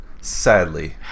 Sadly